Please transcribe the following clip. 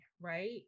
right